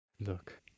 Look